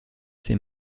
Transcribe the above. ses